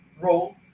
role